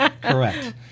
correct